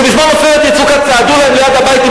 שבזמן "עופרת יצוקה" צעדו להם ליד הבית עם